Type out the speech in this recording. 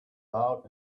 loud